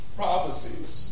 prophecies